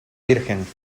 virgen